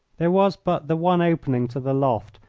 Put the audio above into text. there was but the one opening to the loft,